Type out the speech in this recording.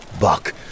buck